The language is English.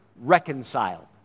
reconciled